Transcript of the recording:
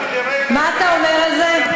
מה אתה אומר על זה?